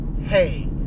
hey